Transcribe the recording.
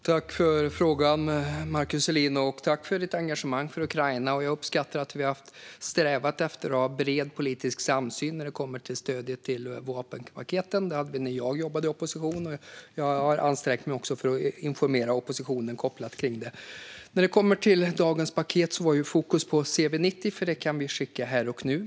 Herr talman! Tack för frågan, Markus Selin! Och tack för ditt engagemang för Ukraina! Jag uppskattar att vi har strävat efter att ha en bred politisk samsyn när det gäller stödet till vapenpaketen. Det hade vi när jag jobbade i opposition, och jag har nu också ansträngt mig för att informera oppositionen kring detta. När det kommer till dagens paket var det fokus på CV90, för det kan vi skicka här och nu.